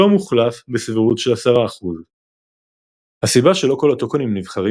לא מוחלף בסבירות של 10%. הסיבה שלא כל הטוקנים הנבחרים